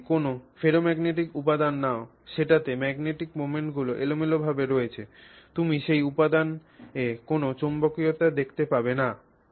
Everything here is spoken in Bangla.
তুমি যদি কোনও ফেরোম্যাগনেটিক উপাদান নাও সেটাতে ম্যাগনেটিক মোমেন্টগুলি এলোমেলোভাবে রয়েছে তুমি সেই উপাদানে কোন চৌম্বকত্ব দেখতে পাবে না